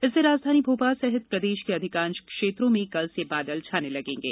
इससे राजधानी भोपाल सहित प्रदेश के अधिकांश क्षेत्रों में कल से बादल छाने लगेंगे